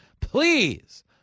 please